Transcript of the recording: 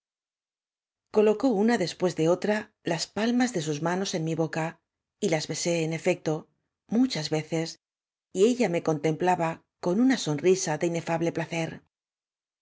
colocó una después de otra las palmas de sus manos en mí boca y las besé enececto mu chas veces y ella me contemplaba con una son risa de ínea ble placer